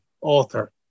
author